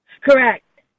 Correct